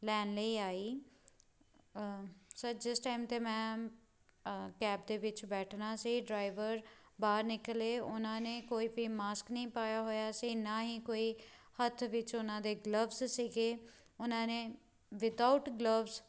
ਲੈਣ ਲਈ ਆਈ ਸਰ ਜਿਸ ਟਾਈਮ 'ਤੇ ਮੈਂ ਕੈਬ ਦੇ ਵਿੱਚ ਬੈਠਣਾ ਸੀ ਡਰਾਈਵਰ ਬਾਹਰ ਨਿਕਲੇ ਉਹਨਾਂ ਨੇ ਕੋਈ ਵੀ ਮਾਸਕ ਨਹੀਂ ਪਾਇਆ ਹੋਇਆ ਸੀ ਨਾ ਹੀ ਕੋਈ ਹੱਥ ਵਿੱਚ ਉਹਨਾਂ ਦੇ ਗਲਬਸ ਸੀਗੇ ਉਹਨਾਂ ਨੇ ਵਿਦਾਊਟ ਗਲਬਸ